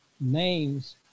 names